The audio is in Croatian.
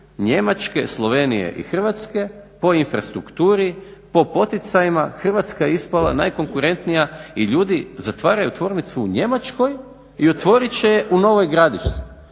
Njemačke, Slovenije i Hrvatske po infrastrukturi, po poticajima Hrvatska je ispala najkonkurentnija i ljudi zatvaraju tvornicu u Njemačkoj i otvorit će je u Novoj Gradišci.